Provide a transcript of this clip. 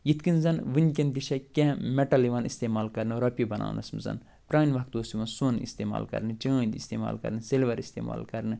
یِتھ کٔنۍ زن وٕنۍ کٮ۪ن تہِ چھِ کیٚنٛہہ مٮ۪ٹل یِوان استعمال کرنہٕ رۄپیہِ بناونس منٛز پرٛانہِ وقتہٕ اوس یِوان سۄن استعمال کرنہٕ چٲندۍ استعمال کرنہٕ سِلور استعمال کرنہٕ